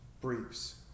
briefs